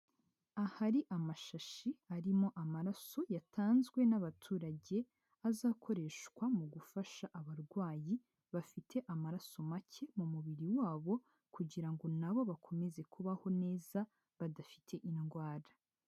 Ahari amashashi arimo amaraso yatanzwe n'abaturage, azakoreshwa mu gufasha abarwayi bafite amaraso make mu mubiri wabo kugira ngo na bo bakomeze kubaho neza badafite indwara.